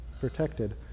protected